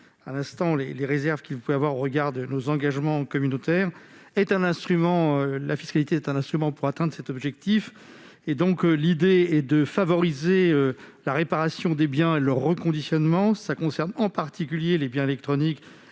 à l'instant les réserves exprimées sur ce point eu égard à nos engagements communautaires - constitue l'instrument pour atteindre cet objectif. L'idée est de favoriser la réparation des biens et leur reconditionnement. Cela concerne en particulier les biens électroniques